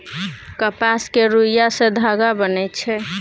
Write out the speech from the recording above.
कपास केर रूइया सँ धागा बनइ छै